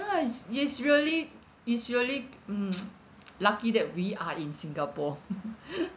nice it's really it's really mmhmm lucky that we are in singapore